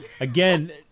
again